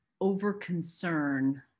over-concern